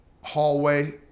hallway